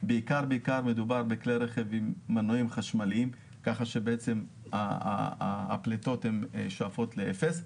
בעיקר מדובר בכלי רכב עם מנועים חשמליים כך שבעצם הפליטות שואפות לאפס,